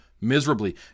miserably